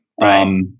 right